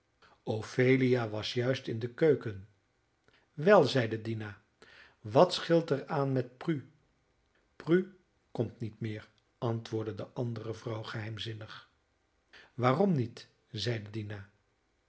ophelia was juist in de keuken wel zeide dina wat scheelt er aan met prue prue komt niet meer antwoordde de andere vrouw geheimzinnig waarom niet zeide dina